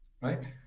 right